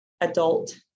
adult